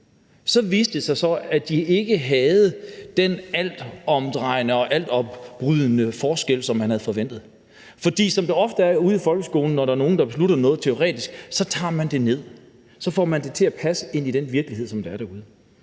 viste det sig så, at de ikke havde den altomdrejende og altopbrydende forskel, som man havde forventet. Som det ofte er ude i folkeskolen, når der er nogle, der har besluttet noget teoretisk, tager man det ned og får det til at passe ind i den virkelighed, som er derude.